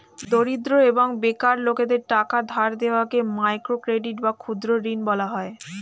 দরিদ্র এবং বেকার লোকদের টাকা ধার দেওয়াকে মাইক্রো ক্রেডিট বা ক্ষুদ্র ঋণ বলা হয়